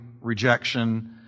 rejection